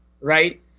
right